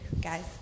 guys